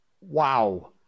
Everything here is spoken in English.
Wow